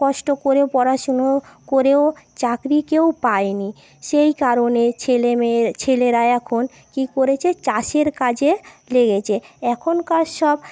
কষ্ট করে পড়াশুনো করেও চাকরি কেউ পায় নি সেই কারণে ছেলে মেয়ে ছেলেরাই এখন কি করেছে চাষের কাজে লেগেছে এখনকার সব